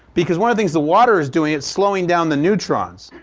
because one of things the water is doing its slowing down the neutrons.